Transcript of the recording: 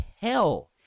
hell